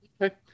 Okay